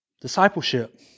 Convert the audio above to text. discipleship